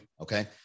okay